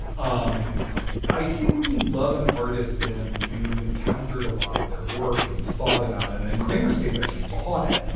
um i think when you love an artist and you've encountered a lot of their work and thought about it and kramer's case actually taught it,